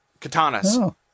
katanas